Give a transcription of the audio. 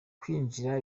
kwinjira